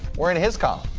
were in his column.